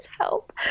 help